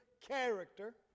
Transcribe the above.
character